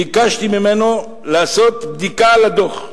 ביקשתי ממנו לעשות בדיקה על הדוח.